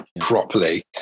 properly